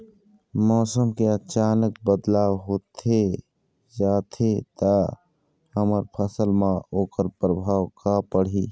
मौसम के अचानक बदलाव होथे जाथे ता हमर फसल मा ओकर परभाव का पढ़ी?